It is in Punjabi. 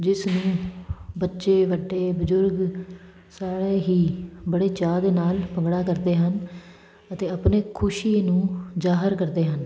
ਜਿਸ ਨੂੰ ਬੱਚੇ ਵੱਡੇ ਬਜ਼ੁਰਗ ਸਾਰੇ ਹੀ ਬੜੇ ਚਾਅ ਦੇ ਨਾਲ ਭੰਗੜਾ ਕਰਦੇ ਹਨ ਅਤੇ ਆਪਣੇ ਖੁਸ਼ੀ ਨੂੰ ਜਾਹਰ ਕਰਦੇ ਹਨ